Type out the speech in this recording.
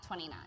29